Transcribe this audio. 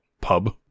pub